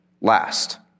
last